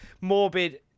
morbid